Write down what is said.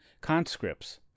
conscripts